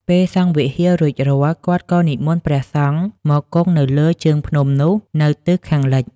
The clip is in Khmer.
ពេលសង់វិហាររួចរាល់ គាត់ក៏និមន្តព្រះសង្ឃមកគង់នៅលើជើងភ្នំនោះនៅទិសខាងលិច។